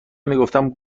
میگفتم